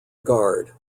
guard